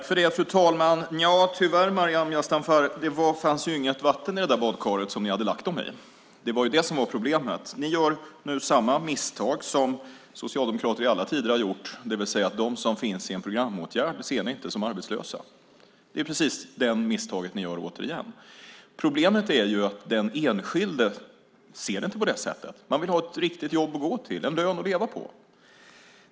Fru talman! Tyvärr, Maryam Yazdanfar, fanns det inte något vatten i det där badkaret som ni hade lagt dem i. Det var det som var problemet. Ni gör nu samma misstag som socialdemokrater i alla tider har gjort, det vill säga att ni inte ser de som finns i en programåtgärd som arbetslösa. Det är precis det misstaget som ni återigen gör. Problemet är att den enskilde inte ser det på det sättet. Man vill ha ett riktigt jobb att gå till och en lön att leva på.